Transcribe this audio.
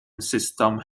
systems